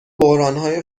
بحرانهای